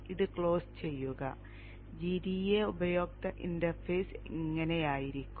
ഇത് ക്ലോസ് ചെയ്യുക gEDA ഉപയോക്തൃ ഇന്റർഫേസ് ഇങ്ങനെയായിരിക്കും